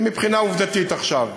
מבחינה עובדתית עכשיו.